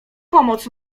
pomoc